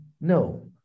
No